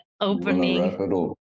opening